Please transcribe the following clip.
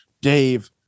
Dave